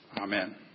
Amen